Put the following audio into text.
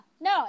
no